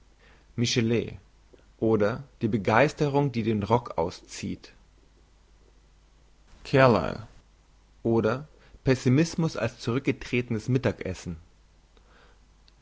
michelet oder die begeisterung die den rock auszieht carlyle oder pessimismus als zurückgetretenes mittagessen